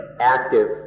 active